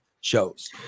shows